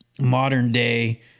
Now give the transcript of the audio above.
modern-day